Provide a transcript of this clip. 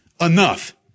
enough